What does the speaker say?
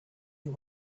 you